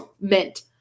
mint